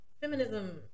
feminism